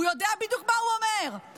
הוא יודע בדיוק מה הוא אומר,